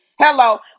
Hello